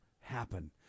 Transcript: happen